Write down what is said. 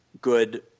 good